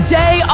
day